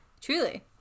Truly